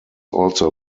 also